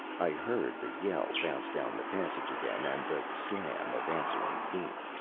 i heard the yell bounce down the passage again, and the slam of answering feet.